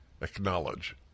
acknowledge